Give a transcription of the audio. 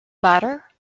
butter